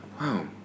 wow